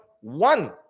One